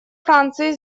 франции